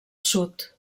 sud